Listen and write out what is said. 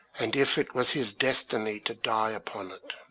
and if it was his destiny to die upon it,